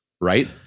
right